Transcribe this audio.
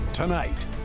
Tonight